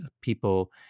people